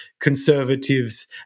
conservatives